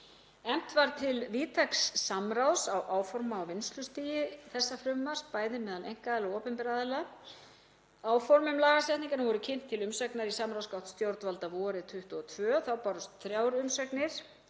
Efnt var til víðtæks samráðs áforma á vinnslustigi þessa frumvarps, bæði meðal einkaaðila og opinberra aðila. Áform um lagasetningu voru kynnt til umsagnar í samráðsgátt stjórnvalda vorið 2022 og bárust þrjár umsagnir.